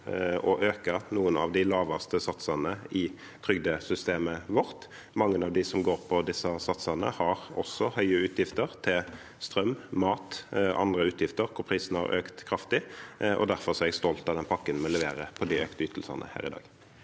å øke noen av de laveste satsene i trygdesystemet vårt. Mange av dem som går på disse satsene, har også høye utgifter til strøm, mat og andre ting som har økt kraftig i pris. Derfor er jeg stolt av den pakken vi leverer for de økte ytelsene her i dag.